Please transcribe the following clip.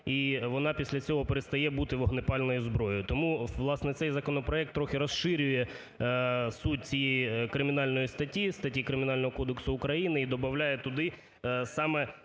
і вона після цього перестає бути вогнепальною зброєю. Тому, власне, цей законопроект трохи розширює суть цієї кримінальної статті, статті Кримінального кодексу України і добавляє туди саме